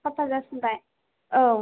साफा जासिनबाय औ